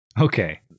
Okay